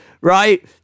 right